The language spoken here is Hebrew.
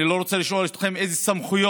אני לא רוצה לשאול אתכם איזה סמכויות